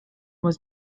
was